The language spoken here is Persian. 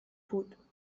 بود